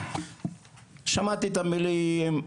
שמעתי את המילים,